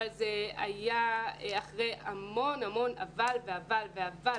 אבל זה היה אחרי המון אבל ועוד פעם אבל,